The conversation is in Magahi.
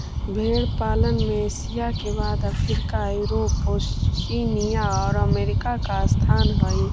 भेंड़ पालन में एशिया के बाद अफ्रीका, यूरोप, ओशिनिया और अमेरिका का स्थान हई